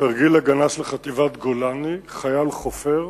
בתרגיל הגנה של חטיבת גולני, חייל חופר